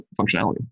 functionality